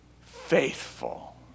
faithful